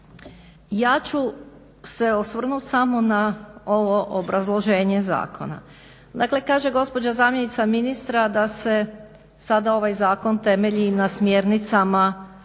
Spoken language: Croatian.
Ja ću se osvrnut samo na ovo obrazloženje zakona. Dakle, kaže gospođa zamjenica ministra da se sada ovaj zakon temelji na smjernicama